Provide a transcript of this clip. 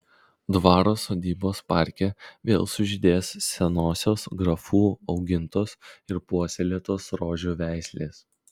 dvaro sodybos parke vėl sužydės senosios grafų augintos ir puoselėtos rožių veislės